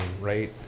right